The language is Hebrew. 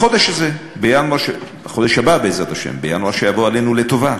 בחודש הבא, בעזרת השם, בינואר שיבוא עלינו לטובה,